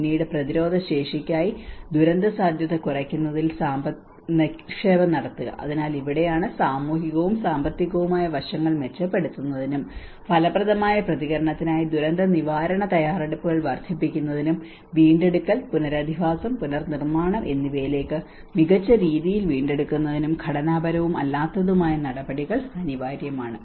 പിന്നീട് പ്രതിരോധശേഷിയ്ക്കായി ദുരന്തസാധ്യത കുറയ്ക്കുന്നതിൽ നിക്ഷേപം നടത്തുക അതിനാൽ ഇവിടെയാണ് സാമൂഹികവും സാമ്പത്തികവുമായ വശങ്ങൾ മെച്ചപ്പെടുത്തുന്നതിനും ഫലപ്രദമായ പ്രതികരണത്തിനായി ദുരന്തനിവാരണ തയ്യാറെടുപ്പുകൾ വർദ്ധിപ്പിക്കുന്നതിനും വീണ്ടെടുക്കൽ പുനരധിവാസം പുനർനിർമ്മാണം എന്നിവയിലേക്ക് മികച്ച രീതിയിൽ വീണ്ടെടുക്കുന്നതിനും ഘടനാപരവും അല്ലാത്തതുമായ നടപടികൾ അനിവാര്യമാണ്